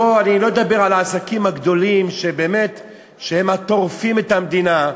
אני לא אדבר על העסקים הגדולים שהם באמת טורפים את המדינה,